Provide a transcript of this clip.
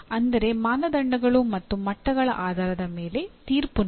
ಅಂದರೆ ಮಾನದಂಡಗಳು ಮತ್ತು ಮಟ್ಟಗಳ ಆಧಾರದ ಮೇಲೆ ತೀರ್ಪು ನೀಡಿ